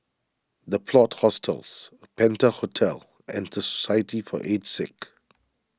the Plot Hostels Penta Hotel and the Society for Aged Sick